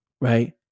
right